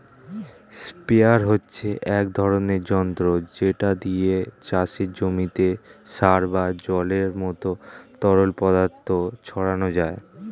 sprayer হচ্ছে এক ধরনের যন্ত্র যেটা দিয়ে চাষের জমিতে সার বা জলের মতো তরল পদার্থ ছড়ানো যায়